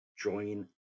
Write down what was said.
join